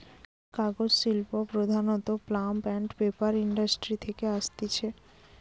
কাগজ শিল্প প্রধানত পাল্প আন্ড পেপার ইন্ডাস্ট্রি থেকে আসতিছে